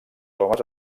homes